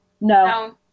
No